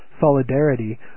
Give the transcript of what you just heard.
solidarity